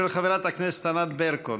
של חברת הכנסת ענת ברקו.